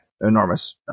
enormous